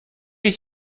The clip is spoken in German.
ich